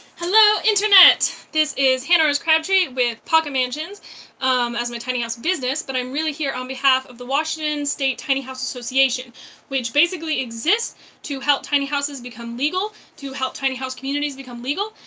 hello internet this is hannah rose crabtree with pocket mansions um as my tiny house business, but i'm really here on behalf of the washington state tiny house association which basically exists to help make tiny houses become legal, to help tiny house communities become legal,